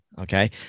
okay